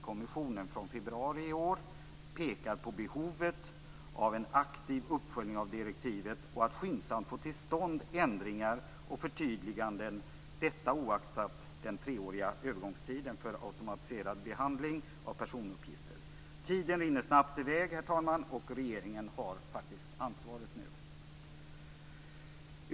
kommissionen, från februari i år pekar på behovet av att aktivt följa upp direktivet och att skyndsamt få till stånd ändringar och förtydliganden, detta oaktat den treåriga övergångstiden för automatiserad behandling av personuppgifter. Tiden rinner snabbt i väg, herr talman, och regeringen har nu ansvaret.